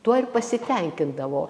tuo ir pasitenkindavo